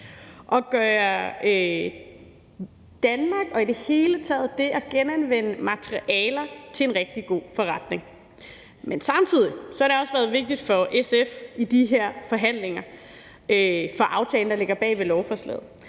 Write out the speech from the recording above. i Danmark og i det hele taget gøre det at genanvende materialer til en rigtig god forretning. Men samtidig har det også været vigtigt for SF i de her forhandlinger af aftalen, der ligger bag ved lovforslaget,